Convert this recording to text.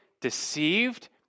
deceived